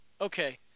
okay